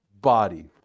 body